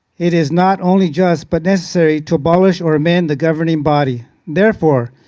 it is not only just but necessary to abolish or amend the governing body. therefore,